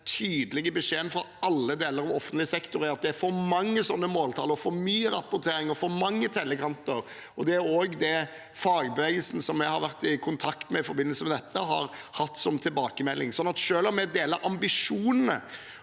beskjeden fra alle deler av offentlig sektor er at det er for mange sånne måltall, for mye rapportering og for mange tellekanter. Det er også det fagbevegelsen, som jeg har vært i kontakt med i forbindelse med dette, har hatt som tilbakemelding. Så selv om jeg deler ambisjonene,